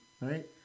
right